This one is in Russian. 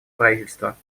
правительства